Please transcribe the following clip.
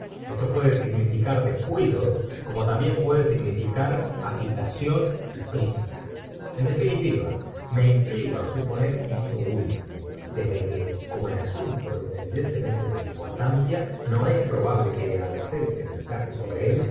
esto puede significar descuido como también puede significar agitación y prisa en definitiva me inclino á suponer esto último desde que como el asunto ee evidentemente de importancia no es probable que al hacer este mensaje bobre él